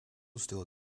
still